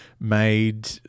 made